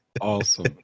Awesome